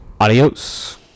Adios